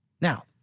Now